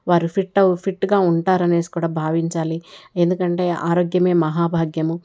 వారు ఫిట్టవ్ ఫిట్గా ఉంటారనేసి కూడా భావించాలి ఎందుకంటే ఆరోగ్యమే మహాభాగ్యము